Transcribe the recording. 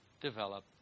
develop